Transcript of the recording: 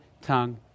tongue